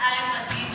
מדובר על זה,